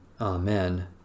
Amen